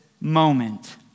moment